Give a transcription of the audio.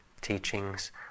teachings